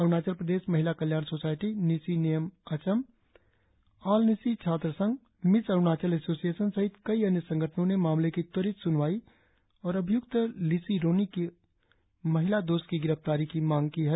अरुणाचल प्रदेश महिला कल्याण society Nyishi Nyem Acham all Nyishi छात्र संघ मिस अरुणाचल एसोसियेशन सहित कई अन्य संगठनों ने मामले की त्वरित सुनवाई और अभियुक्त लिसि रोनी की महिला दोस्त की गिरफ्तारी की मांग की है